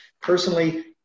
personally